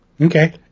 Okay